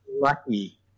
Lucky